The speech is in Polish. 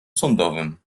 sądowym